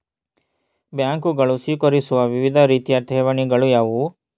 ಬ್ಯಾಂಕುಗಳು ಸ್ವೀಕರಿಸುವ ವಿವಿಧ ರೀತಿಯ ಠೇವಣಿಗಳು ಯಾವುವು?